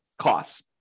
costs